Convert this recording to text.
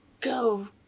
go